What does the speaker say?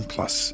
Plus